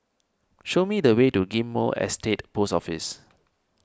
show me the way to Ghim Moh Estate Post Office